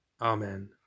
Amen